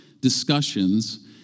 discussions